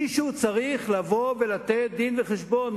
מישהו צריך לבוא ולתת דין-וחשבון.